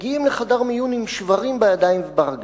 מגיעים לחדר מיון עם שברים בידיים וברגליים.